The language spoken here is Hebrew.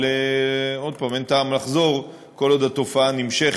אבל עוד פעם, אין טעם לחזור, כל עוד התופעה נמשכת,